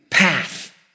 path